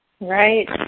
Right